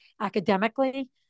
academically